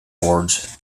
board